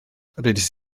rhedais